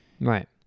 Right